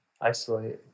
isolate